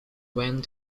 went